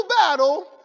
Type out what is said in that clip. battle